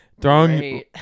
throwing